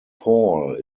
paul